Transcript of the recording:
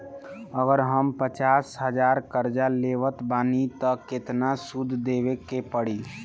अगर हम पचास हज़ार कर्जा लेवत बानी त केतना सूद देवे के पड़ी?